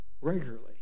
regularly